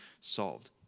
solved